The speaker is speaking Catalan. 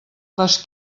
les